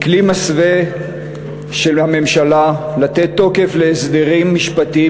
היא כלי מסווה של הממשלה לתת תוקף להסדרים משפטיים